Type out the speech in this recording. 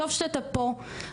טוב שאתה פה,